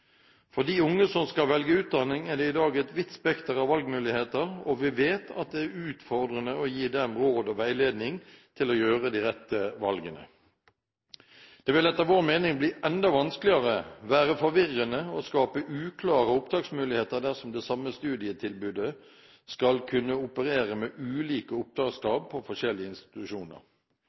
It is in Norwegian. dag et vidt spekter av valgmuligheter, og vi vet at det er utfordrende å gi dem råd og veiledning som kan hjelpe dem å gjøre de rette valgene. Det vil etter vår mening bli enda vanskeligere, være forvirrende og skape uklare opptaksmuligheter dersom forskjellige institusjoner skal kunne operere med ulike